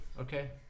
Okay